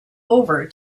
over